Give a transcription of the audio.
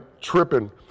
tripping